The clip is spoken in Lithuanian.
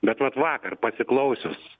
bet vat vakar pasiklausius